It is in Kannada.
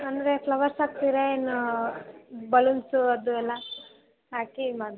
ಅಂದರೆ ಫ್ಲವರ್ಸ್ ಹಾಕ್ತೀರಾ ಏನು ಬಲೂನ್ಸು ಅದು ಎಲ್ಲ ಹಾಕಿ ಮಾಡ್ಬೌದು